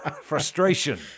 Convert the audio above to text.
Frustration